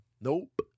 Nope